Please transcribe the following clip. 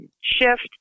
shift